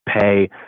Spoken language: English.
pay